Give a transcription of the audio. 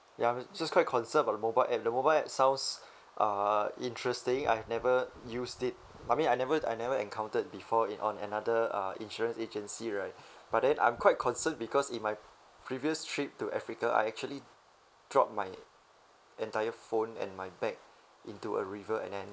ya I'm just quite concerned about the mobile app the mobile app sounds uh interesting I've never used it I mean I never I never encountered before in on another uh insurance agency right but then I'm quite concerned because in my previous trip to africa I actually dropped my entire phone and my back into a river and then we